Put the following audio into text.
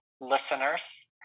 listeners